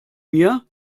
mir